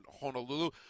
Honolulu